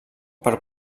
per